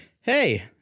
hey